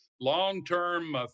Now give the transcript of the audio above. long-term